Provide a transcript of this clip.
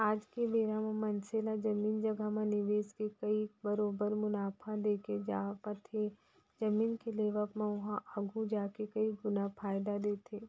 आज के बेरा म मनसे ला जमीन जघा म निवेस के करई बरोबर मुनाफा देके जावत हे जमीन के लेवब म ओहा आघु जाके कई गुना फायदा देथे